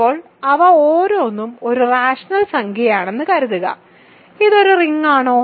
ഇപ്പോൾ അവ ഓരോന്നും ഒരു റാഷണൽ സംഖ്യയാണെന്ന് എഴുതുക ഇത് ഒരു റിങ്ങാണോ